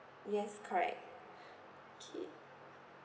yes correct okay